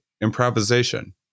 improvisation